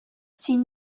син